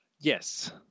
Yes